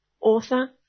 author